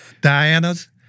Diana's